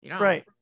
Right